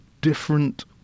different